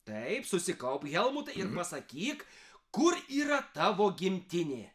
taip susikaupk helmutai ir pasakyk kur yra tavo gimtinė